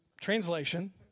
translation